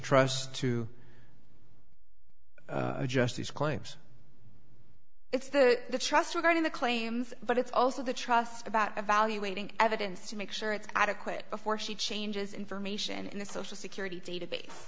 trust to adjust his claims it's the trust regarding the claims but it's also the trust about evaluating evidence to make sure it's adequate before she changes information in the social security database